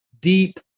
deep